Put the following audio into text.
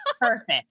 Perfect